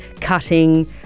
cutting